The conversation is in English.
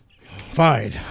Fine